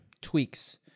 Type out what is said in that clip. tweaks